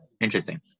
Interesting